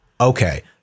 okay